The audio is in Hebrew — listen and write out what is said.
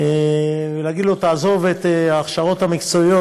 ולהגיד לו: תעזוב את ההכשרות המקצועיות,